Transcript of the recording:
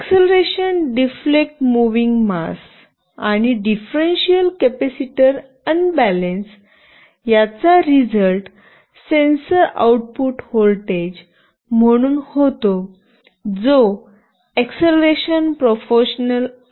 acceleration deflect moving mass आणि differential capacitor unbalance याचा result sensor output voltage म्हणून होतो जो एक्सेलेरेशन प्रपोसशनल आहे